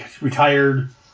retired